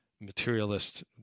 materialist